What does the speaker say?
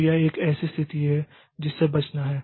तो यह एक ऐसी स्थिति है जिससे बचना है